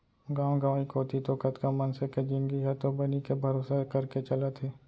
गांव गंवई कोती तो कतका मनसे के जिनगी ह तो बनी के भरोसा करके चलत हे